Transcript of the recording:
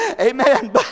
amen